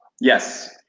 Yes